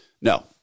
no